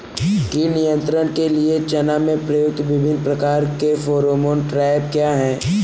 कीट नियंत्रण के लिए चना में प्रयुक्त विभिन्न प्रकार के फेरोमोन ट्रैप क्या है?